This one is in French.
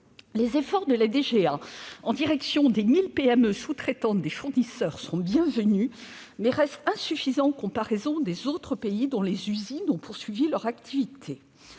de l'armement (DGA) en direction des 1 000 PME sous-traitantes des fournisseurs sont bienvenus, mais restent insuffisants en comparaison des autres pays, dont les usines ont poursuivi leur activité.